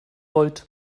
wollt